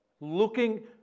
looking